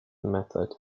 method